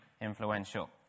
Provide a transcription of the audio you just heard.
influential